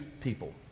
people